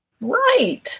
Right